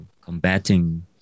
combating